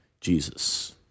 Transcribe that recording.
Jesus